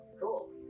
Cool